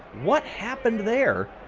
what happened there?